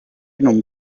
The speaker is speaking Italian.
non